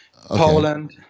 poland